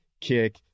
kick